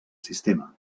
sistema